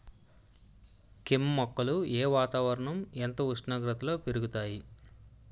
కెమ్ మొక్కలు ఏ వాతావరణం ఎంత ఉష్ణోగ్రతలో పెరుగుతాయి?